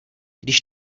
když